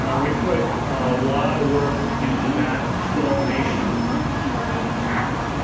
ah we put a lot of work into that twelve nation pact.